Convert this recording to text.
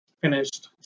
finished